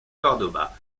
córdoba